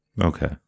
Okay